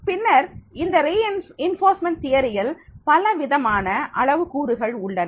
பின்னர் இந்த வலுவூட்டல் கோட்பாட்டில் பலவிதமான அளவு கூறுகள் உள்ளன